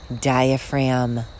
diaphragm